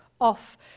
off